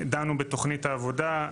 דנו בתוכנית העבודה.